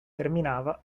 terminava